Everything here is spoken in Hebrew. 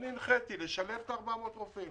אני הנחיתי לשלב את 400 הרופאים